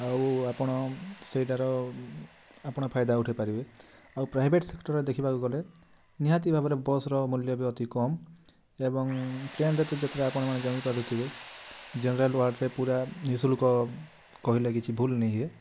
ଆଉ ଆପଣ ସେଇଟାର ଆପଣ ଫାଇଦା ଉଠାଇ ପାରିବେ ଆଉ ପ୍ରାଇଭେଟ୍ ସେକ୍ଟରରେ ଦେଖିବାକୁ ଗଲେ ନିହାତି ଭାବରେ ବସ୍ର ମୂଲ୍ୟ ବି ଅତି କମ୍ ଏବଂ ଟ୍ରେନରେ ତ ଯେତେବେଳେ ଆପଣମାନେ ଜାଣି ପାରୁଥିବେ ଜେନେରାଲ୍ ୱାର୍ଡ଼ରେ ପୁରା ଦୁଇଶହ ଲୋକ କହିଲେ କିଛି ଭୁଲ୍ ନି ହେ